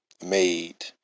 made